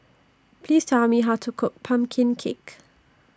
Please Tell Me How to Cook Pumpkin Cake